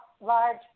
large